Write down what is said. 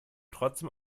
trotzdem